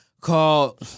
called